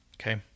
Okay